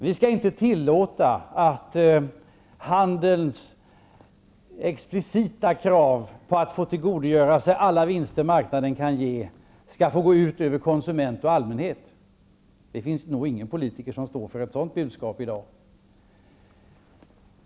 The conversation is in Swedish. Vi skall inte tillåta att handelns explicita krav på att få tillgodogöra sig alla vinster som marknaden kan ge går ut över konsument och allmänhet. Det finns nog i dag inte någon politiker som står för ett sådant budskap.